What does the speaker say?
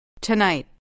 Tonight